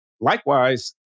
Likewise